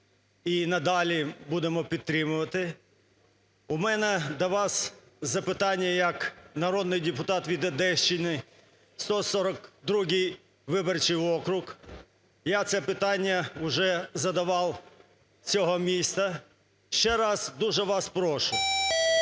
і надалі буде підтримувати. У мене до вас запитання. Як народний депутат від Одещини, 142 виборчий округ, я це питання уже задавав, цього міста. Ще раз дуже вас прошу,